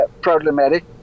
problematic